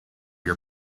you